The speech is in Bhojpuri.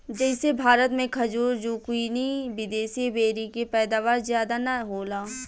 जइसे भारत मे खजूर, जूकीनी, विदेशी बेरी के पैदावार ज्यादा ना होला